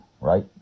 right